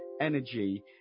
energy